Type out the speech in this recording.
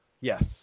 yes